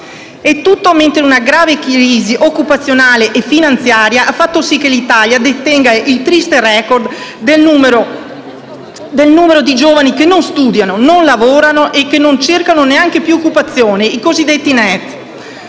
avviene mentre una grave crisi occupazionale e finanziaria ha fatto sì che l'Italia detenga il triste *record* del numero di giovani che non studiano, non lavorano e che non cercano neanche più un'occupazione, i cosiddetti